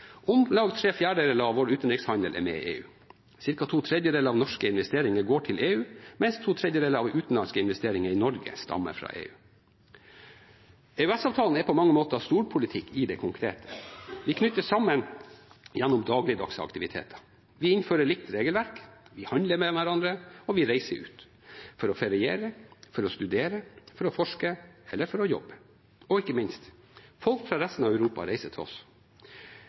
Om lag tre fjerdedeler av vår utenrikshandel er med EU. Cirka to tredjedeler av norske investeringer går til EU, mens to tredjedeler av utenlandske investeringer i Norge stammer fra EU. EØS-avtalen er på mange måter storpolitikk i det konkrete. Vi knyttes sammen gjennom dagligdagse aktiviteter. Vi innfører likt regelverk, vi handler med hverandre, vi reiser ut – for å feriere, for å studere, for å forske eller for å jobbe – og ikke minst: Folk fra resten av Europa reiser